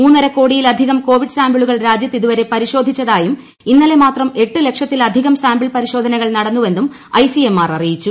മൂന്നര കോടിയിലധികം കോവിഡ് സാമ്പിളുകൾ രാജ്യത്ത് ഇതുവരെ പരിശോധിച്ചതായും ഇന്നലെ മാത്രം എട്ട് ലക്ഷത്തിലധികം സാമ്പിൾ പരിശോധനകൾ നടന്നുവെന്നും ഐ സി എം ആർ അറിയിച്ചു